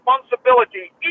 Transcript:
responsibility